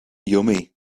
yummy